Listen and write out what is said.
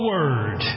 Word